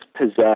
possess